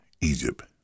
egypt